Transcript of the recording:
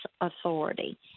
authority